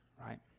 right